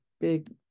big